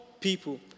people